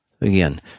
Again